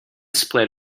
split